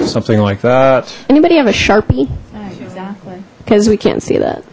something like that anybody have a sharpie because we can't see that